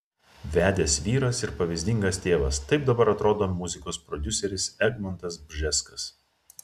vedęs vyras ir pavyzdingas tėvas taip dabar atrodo muzikos prodiuseris egmontas bžeskas